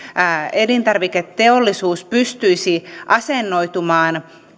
elintarviketeollisuus pystyisi asennoitumaan